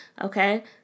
okay